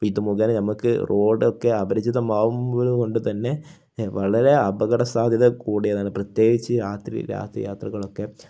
ഇതു മുഖേന നമുക്ക് റോഡൊക്കെ അപരിചിതമാകുന്നത് കൊണ്ട് തന്നെ വളരെ അപകട സാധ്യത കൂടിയതാണ് പ്രത്യേകിച്ച് രാത്രി രാത്രി യാത്രകളൊക്കെ